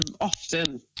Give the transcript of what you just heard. often